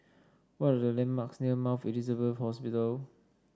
what are the landmarks near Mount Elizabeth Hospital